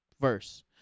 verse